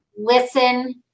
Listen